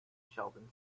sheldon